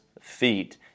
feet